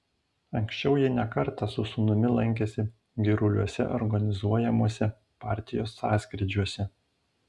anksčiau ji ne kartą su sūnumi lankėsi giruliuose organizuojamuose partijos sąskrydžiuose